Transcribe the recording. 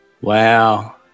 Wow